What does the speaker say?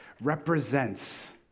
represents